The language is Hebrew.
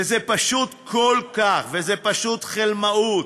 וזה פשוט כל כך, וזה פשוט חלמאות,